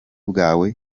bwawe